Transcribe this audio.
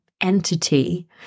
entity